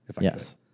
Yes